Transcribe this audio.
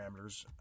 parameters